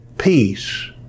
peace